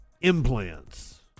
implants